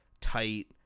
tight